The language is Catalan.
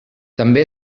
també